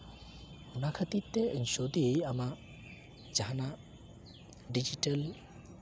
ᱚᱱᱟ ᱠᱷᱟᱹᱛᱤᱨ ᱛᱮ ᱡᱩᱫᱤ ᱟᱢᱟᱜ ᱡᱟᱦᱟᱱᱟᱜ ᱰᱤᱡᱤᱴᱮᱹᱞ